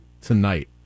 tonight